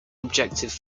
objective